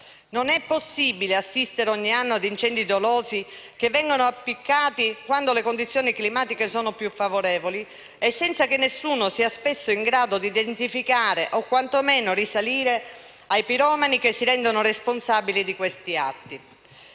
Non è possibile assistere ogni anno a incendi dolosi che vengono appiccati quando le condizioni climatiche sono più favorevoli e senza che nessuno sia spesso in grado di identificare o quantomeno risalire ai piromani che si rendono responsabili di questi atti.